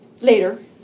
Later